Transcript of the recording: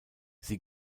sie